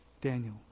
Daniel